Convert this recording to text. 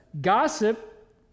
Gossip